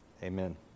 Amen